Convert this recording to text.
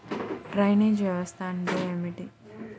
Drainage వ్యవస్థ అంటే ఏమిటి?